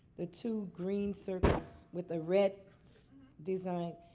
the two green circle with the red design?